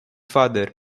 father